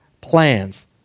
plans